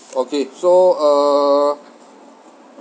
okay so uh